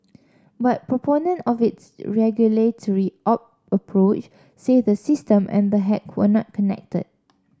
but proponents of its regulatory out approach say the system and the hack were not connected